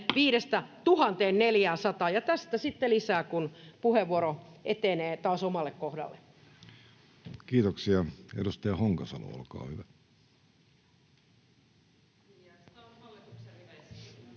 tästä sitten lisää, kun puheenvuoro etenee taas omalle kohdalle. Kiitoksia. — Edustaja Honkasalo, olkaa hyvä.